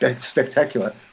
spectacular